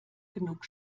genug